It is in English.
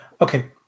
Okay